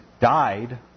died